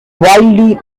widely